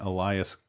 Elias